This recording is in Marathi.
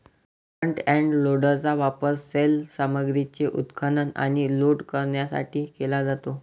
फ्रंट एंड लोडरचा वापर सैल सामग्रीचे उत्खनन आणि लोड करण्यासाठी केला जातो